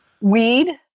Weed